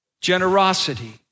generosity